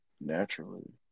naturally